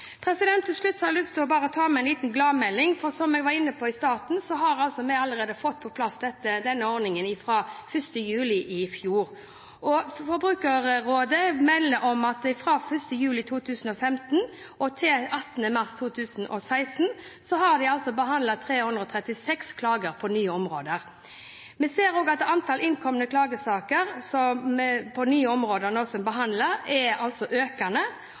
Til slutt vil jeg ta med en liten gladmelding. Som jeg var inne på i starten, har vi allerede fått på plass denne ordningen, fra 1. juli i fjor. Forbrukerrådet melder om at det fra 1. juli 2015 til 18. mars 2016 har behandlet 336 klager på nye områder. Vi ser også at antallet innkomne klagesaker som behandles på nye områder, er økende, og løsningsprosenten til Forbrukerrådet på alle sakene for hele perioden er